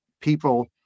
people